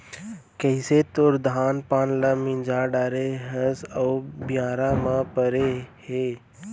कइसे तोर धान पान ल मिंजा डारे हस अउ बियारा म परे हे